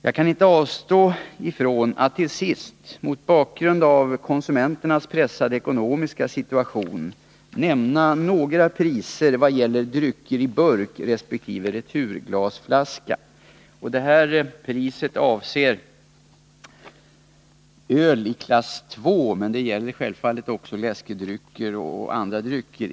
Jag kan inte avstå från att till sist — mot bakgrund av konsumenternas pressade ekonomiska situation — nämna några priser vad gäller drycker i burk resp. returglasflaska. Priset avser öl i klass II, men jämförelsen kan självfallet också gälla läskedrycker och andra drycker.